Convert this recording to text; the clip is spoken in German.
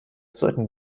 sollten